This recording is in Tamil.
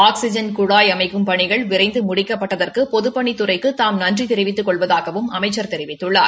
ஆக்ஸிஜன் குழாய் அமைக்கும் பணிகள் விரைந்து முடிக்கப்பட்டதற்கு பொதுப்பணித் துறைக்கு தாம் நன்றி தெரிவித்துக் கொள்வதாகவும் அமைச்சர் தெரிவித்துள்ளார்